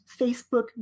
Facebook